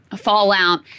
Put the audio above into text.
fallout